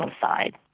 side